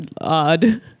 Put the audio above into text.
odd